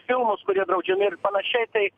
filmus kurie draudžiami ir panašiai tai